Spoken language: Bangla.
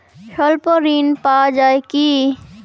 স্বল্প ঋণ পাওয়া য়ায় কি?